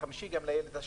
החמישי והשישי.